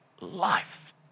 life